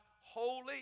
holy